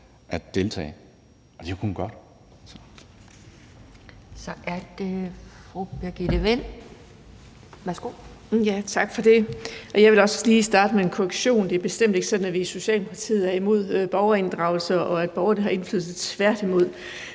er det fru Birgitte Vind. Værsgo. Kl. 12:46 Birgitte Vind (S): Tak for det. Jeg vil også lige starte med en korrektion: Det er bestemt ikke sådan, at vi i Socialdemokratiet er imod borgerinddragelse, og at borgerne har indflydelse, tværtimod.